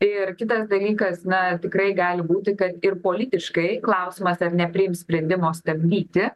ir kitas dalykas na tikrai gali būti kad ir politiškai klausimas ar nepriims sprendimo stabdyti